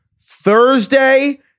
Thursday